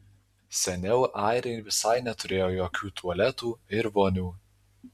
seniau airiai visai neturėjo jokių tualetų ir vonių